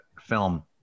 film